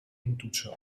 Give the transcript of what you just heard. intoetsen